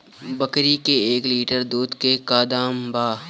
बकरी के एक लीटर दूध के का दाम बा?